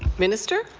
minister.